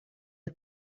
der